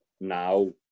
now